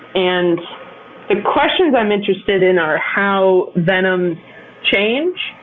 and the questions i'm interested in are how venoms change,